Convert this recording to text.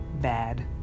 bad